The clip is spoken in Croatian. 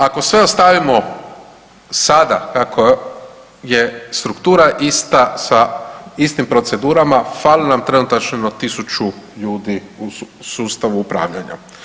Ako sve ostavimo sada kako je struktura ista sa istim procedurama fali nam trenutačno 1000 ljudi u sustavu upravljanja.